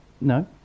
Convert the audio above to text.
No